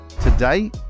Today